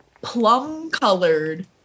plum-colored